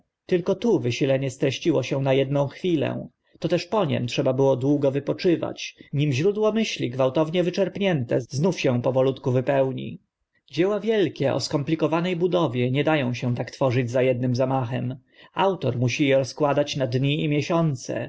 tylko tu wysilenie streściło się na edną chwilę toteż po nim trzeba długo wypoczywać nim źródło myśli gwałtownie wyczerpnięte znów się powolutku napełni dzieła wielkie o skomplikowane budowie nie da ą się tak tworzyć za ednym zamachem autor musi e rozkładać na dni i miesiące